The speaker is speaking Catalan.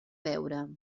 veure